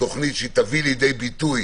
שתביא לידי ביטוי